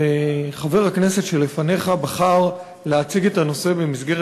וחבר הכנסת שלפניך בחר להציג את הנושא במסגרת